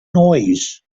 noise